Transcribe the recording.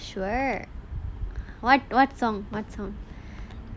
sure what what song what song